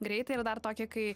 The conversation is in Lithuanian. greitai ir dar tokį kai